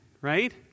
right